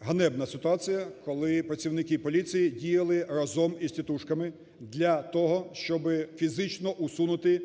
ганебна ситуація, коли працівники поліції діяли разом із тітушками для того, щоби фізично усунути